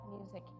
music